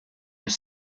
your